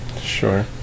Sure